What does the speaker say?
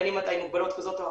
בין אם אתה עם מוגבלות כזאת או